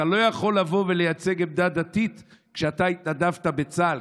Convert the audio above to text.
אתה לא יכול לבוא ולייצג עמדה דתית כשאתה התנדבת בצה"ל,